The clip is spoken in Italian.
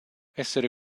essere